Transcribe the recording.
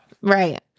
Right